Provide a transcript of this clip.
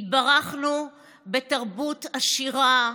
התברכנו בתרבות עשירה,